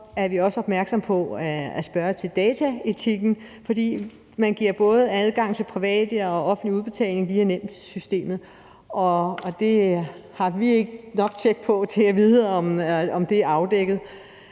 er vi også opmærksomme på at spørge til dataetikken, for man giver både adgang til privat og offentlig udbetaling via nemsystemet, og det har vi ikke nok tjek på til at vide om er afdækket.